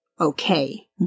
okay